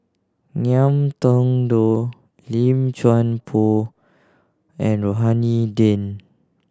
Ngiam Tong Dow Lim Chuan Poh and Rohani Din